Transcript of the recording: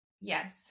Yes